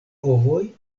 ovoj